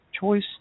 choice